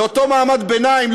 של אותו מעמד ביניים,